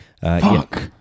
Fuck